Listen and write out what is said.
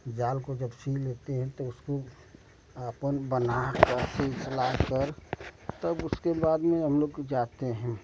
जाल को जब सिल लेते हैं तो उसको आपन बना करके फैला कर तब उसके बाद में हम लोग जाते हैं